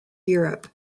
europe